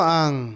ang